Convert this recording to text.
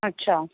अच्छा